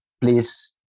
please